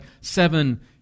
seven